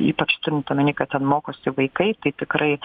ypač turint omeny kad ten mokosi vaikai tai tikrai